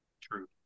True